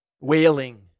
wailing